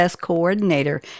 coordinator